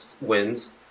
wins